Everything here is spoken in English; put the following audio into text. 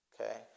okay